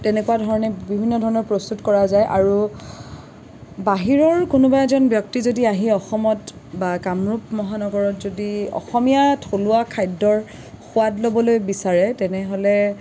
তেনেকুৱা ধৰণে বিভিন্ন ধৰণৰ প্ৰস্তুত কৰা যায় আৰু বাহিৰৰ কোনোবা এজন ব্যক্তি যদি আহি অসমত বা কামৰূপ মহানগৰত যদি অসমীয়া থলুৱা খাদ্যৰ সোৱাদ ল'বলৈ বিচাৰে তেনেহ'লে